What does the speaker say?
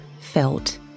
felt